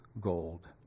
gold